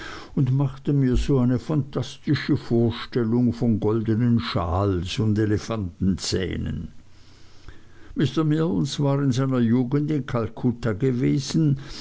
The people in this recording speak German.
und machte mir so eine phantastische vorstellung von goldnen schals und elefantenzähnen mr mills war in seiner jugend in kalkutta gewesen